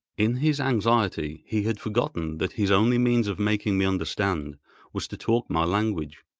in his anxiety he had forgotten that his only means of making me understand was to talk my language,